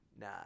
Nah